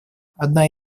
одна